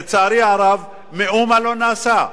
לצערי הרב מאומה לא נעשה.